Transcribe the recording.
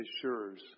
assures